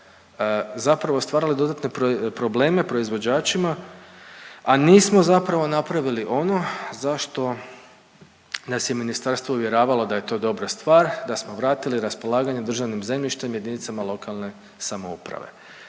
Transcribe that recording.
zapravo stvarali dodatne probleme proizvođačima, a nismo zapravo napravili ono za što nas je ministarstvo uvjeravalo da je to dobra stvar, da smo vratili raspolaganje državnim zemljištem jedinicama lokalne samouprave.